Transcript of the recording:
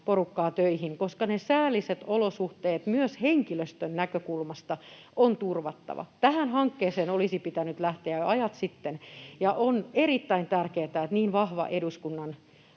porukkaa töihin, koska ne säälliset olosuhteet myös henkilöstön näkökulmasta on turvattava. Tähän hankkeeseen olisi pitänyt lähteä jo ajat sitten, ja on erittäin tärkeätä, että niin vahva eduskunnan